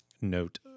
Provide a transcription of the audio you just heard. note